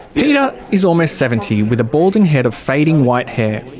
peter is almost seventy with a balding head of fading white hair.